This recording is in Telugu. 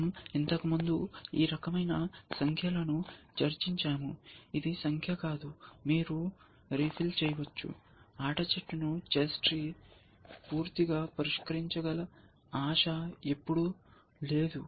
మన০ ఇంతకుముందు ఈ రకమైన సంఖ్యలను చర్చించాము ఇది సంఖ్య కాదు మీరు రీఫిల్ చేయవచ్చు ఆట చెట్టును చెస్ ట్రీ పూర్తిగా పరిష్కరించగల ఆశ ఎప్పుడూ లేదు